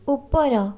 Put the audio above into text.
ଉପର